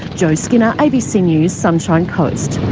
jo skinner, abc news, sunshine coast.